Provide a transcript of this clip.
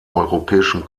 europäischen